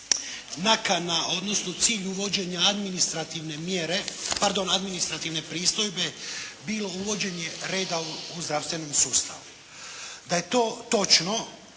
nakana odnosno cilj uvođenja administrativne mjere, pardon administrativne pristojbe, bilo uvođenje reda u zdravstvenom sustavu. Da je to točno,